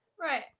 right